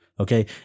Okay